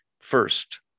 first